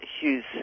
Hughes